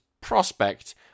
prospect